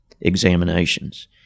examinations